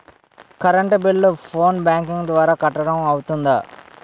Current bill phone banking ద్వారా కట్టడం అవ్తుందా?